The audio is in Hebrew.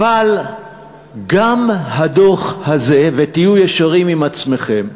אבל גם הדוח הזה, ותהיו ישרים עם עצמכם,